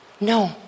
no